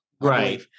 Right